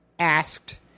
asked